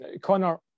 Connor